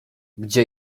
gdzie